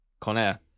Conair